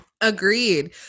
Agreed